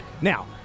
now